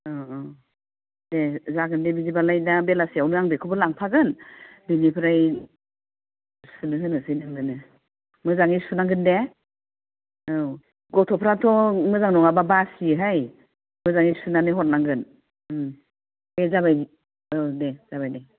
अ अ दे जागोन दे बिदिबालाय दा बेलासेयाव आं बेखौबो लांफागोन बेनिफ्राय सुनो होनोसै नोंनोनो मोजाङै सुनांगोन दे औ गथ'फ्राथ' मोजां नङाबा बासोयोहाय मोजाङै सुनानै हरनांगोन दे जाबाय औ दे जाबाय दे